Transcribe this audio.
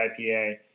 IPA